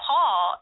Paul